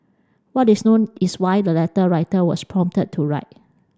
what is known is why the letter writer was prompted to write